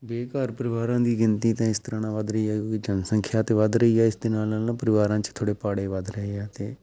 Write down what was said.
ਬੇਘਰ ਪਰਿਵਾਰਾਂ ਦੀ ਗਿਣਤੀ ਤਾਂ ਇਸ ਤਰ੍ਹਾਂ ਨਾਲ ਵੱਧ ਰਹੀ ਹੈ ਕਿਉਂਕਿ ਜਨਸੰਖਿਆ ਤਾਂ ਵੱਧ ਰਹੀ ਹੈ ਇਸ ਦੇ ਨਾਲ ਨਾਲ ਨਾ ਪਰਿਵਾਰਾਂ 'ਚ ਥੋੜ੍ਹੇ ਪਾੜੇ ਵੱਧ ਰਹੇ ਆ ਅਤੇ